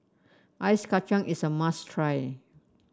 Ice Kacang is a must try